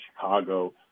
chicago